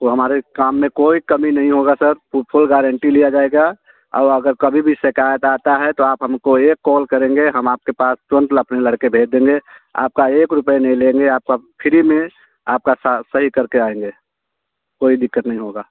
तो हमारे काम में कोई कमी नहीं होगी सर वह फुल गारण्टी ली जाएगी और अगर कभी भी शिकायत आती है तो आप हमको एक कॉल करेंगे हम आपके पास तुरन्त अपने लड़के भेज देंगे आपका एक रुपया नहीं लेंगे आपका फ्री में आपका सही करके आएँगे कोई दिक्कत नहीं होगी